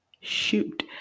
Shoot